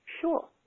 Sure